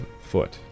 foot